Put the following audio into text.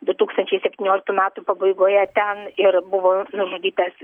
du tūkstančiai septynioliktų metų pabaigoje ten ir buvo nužudytas